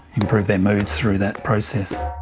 improve their moods through that process.